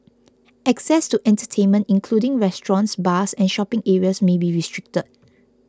access to entertainment including restaurants bars and shopping areas may be restricted